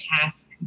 task